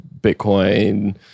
Bitcoin